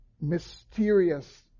mysterious